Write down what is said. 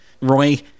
Roy